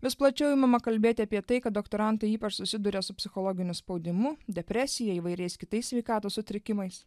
vis plačiau imama kalbėti apie tai kad doktorantai ypač susiduria su psichologiniu spaudimu depresija įvairiais kitais sveikatos sutrikimais